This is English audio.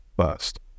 first